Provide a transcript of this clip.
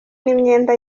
n’imyenda